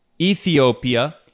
Ethiopia